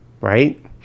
right